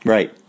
Right